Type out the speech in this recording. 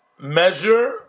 measure